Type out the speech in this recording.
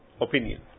opinion